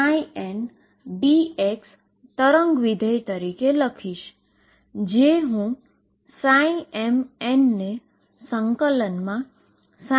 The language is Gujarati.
હું xmn ને ∫mxndx તરીકે લખીશ